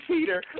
Peter